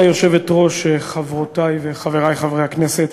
גברתי היושבת-ראש, תודה, חברותי וחברי חברי הכנסת,